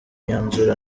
myanzuro